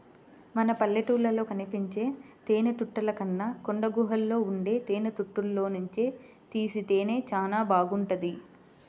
మన పల్లెటూళ్ళలో కనిపించే తేనెతుట్టెల కన్నా కొండగుహల్లో ఉండే తేనెతుట్టెల్లోనుంచి తీసే తేనె చానా బాగుంటది